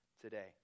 today